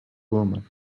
woman